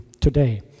today